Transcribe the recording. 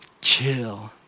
chill